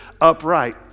upright